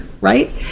right